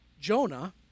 Jonah